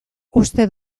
uste